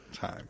time